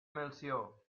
melcior